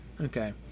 Okay